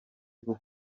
bwo